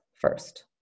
first